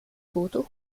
tote